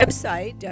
Website